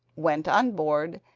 went on board,